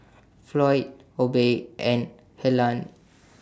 Floyd Obie and Helaine